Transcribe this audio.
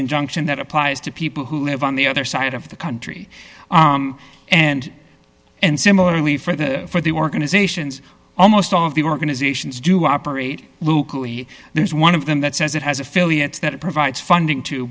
injunction that applies to people who live on the other side of the country and and similarly for the for the organizations almost all of the organizations do operate there is one of them that says it has affiliates that it provides funding to